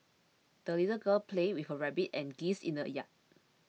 the little girl played with her rabbit and geese in the yard